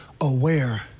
aware